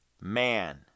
man